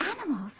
animals